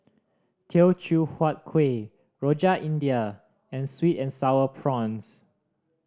Teochew Huat Kueh Rojak India and sweet and Sour Prawns